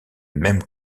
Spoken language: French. même